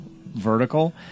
vertical